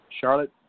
Charlotte